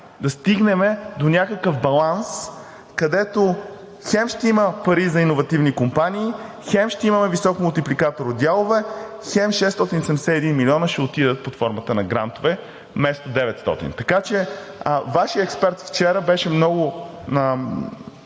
да стигнем до някакъв баланс, където хем ще има пари за иновативни компании, хем ще имаме висок мултипликатор от дялове, хем 671 милиона ще отидат под формата на грантове, вместо 900. Така че Вашият експерт вчера беше много